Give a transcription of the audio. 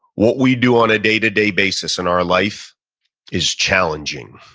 what we do on a day to day basis in our life is challenging,